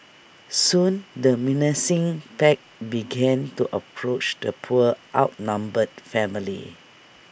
soon the menacing pack began to approach the poor outnumbered family